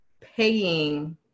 paying